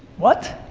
what?